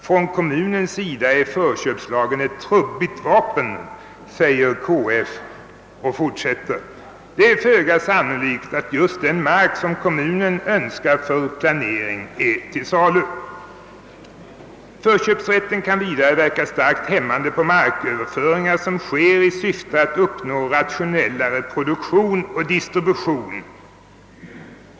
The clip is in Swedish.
För kommunen är förköpslagen ett trubbigt vapen, skriver KF och fortsätter: Det är föga sannolikt att just den mark som kommunen önskar för planering är till salu. Förköpsrätten kan vidare verka starkt hämmande på marköverföringar som sker i syfte att uppnå rationellare produktion och distribution.